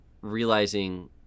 realizing